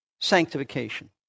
sanctification